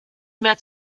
mehr